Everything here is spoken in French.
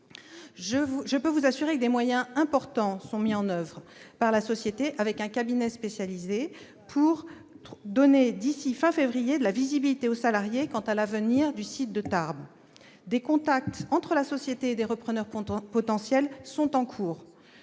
Je peux vous assurer que des moyens importants sont mis en oeuvre par la société avec un cabinet spécialisé pour donner, d'ici à la fin du mois de février, la visibilité aux salariés quant à l'avenir du site de Tarbes. Des contacts entre la société et des repreneurs potentiels sont en cours.